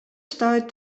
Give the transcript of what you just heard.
stuit